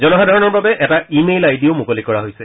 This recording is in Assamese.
জনসাধাৰণৰ বাবে এটা ই মেইল আই ডিও মুকলি কৰা হৈছে